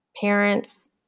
parents